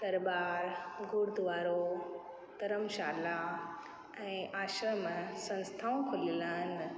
दरबार गुरुद्वारो धर्मशाला ऐं आश्रम संस्थाऊं खुलियल आहिनि